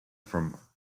from